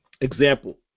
Example